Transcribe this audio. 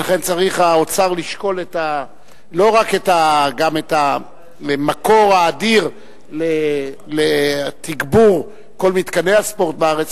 ולכן צריך האוצר לשקול לא רק את המקור האדיר לתגבור כל מתקני הספורט בארץ